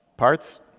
parts